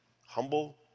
humble